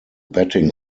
batting